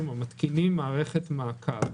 מתקינים מערכת מעקב,